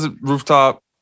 Rooftop